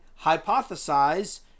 hypothesize